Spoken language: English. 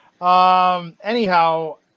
Anyhow